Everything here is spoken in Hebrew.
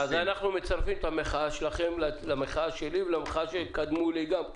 אז אנחנו מצרפים את המחאה שלכם למחאה שלי ולמחאה של אלה שקדמו לי.